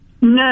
No